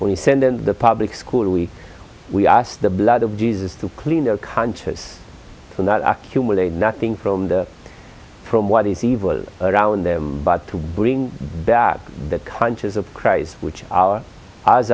when you send in the public school we we ask the blood of jesus to clean their conscious for not accumulate nothing from the from what is evil around them but to bring back the conscious of christ which our eyes